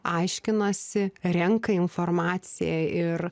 aiškinasi renka informaciją ir